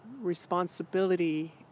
responsibility